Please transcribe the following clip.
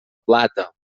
plata